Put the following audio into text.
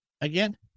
again